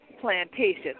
plantation